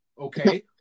Okay